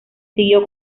siguió